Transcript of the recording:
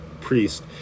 priest